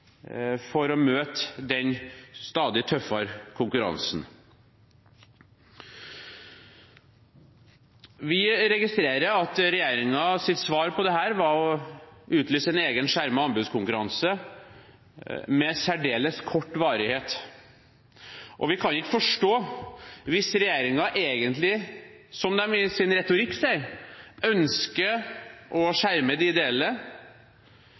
for å møte den stadig tøffere konkurransen. Vi registrerer at regjeringens svar på dette var å utlyse en egen skjermet anbudskonkurranse med særdeles kort varighet. Vi kan ikke forstå – hvis regjeringen egentlig, som de i sin retorikk sier, ønsker å skjerme de ideelle